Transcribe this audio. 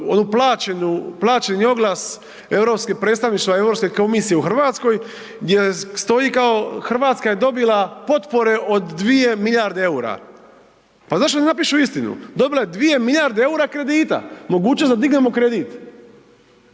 plaćeni oglas predstavništva Europske komisije u Hrvatskoj gdje stoji kao, Hrvatska je dobila potpore od 2 milijarde EUR-a. Pa zašto ne napišu istinu? Dobila je 2 milijarde EUR-a kredita, mogućnost da dignemo kredit,